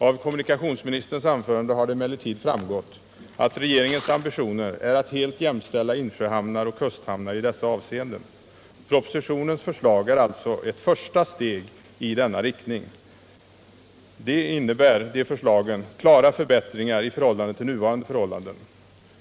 Av kommunikationsministerns anförande har emellertid framgått att regeringens ambitioner är att helt jämställa insjöhamnar och kusthamnar i dessa avseenden. Propositionens förslag är alltså ett första steg i denna — Nr 53 riktning. Det innebär klara förbättringar i förhållande till nuvarande förhållanden.